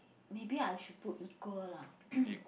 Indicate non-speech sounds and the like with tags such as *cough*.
maybe I should put equal lah *coughs*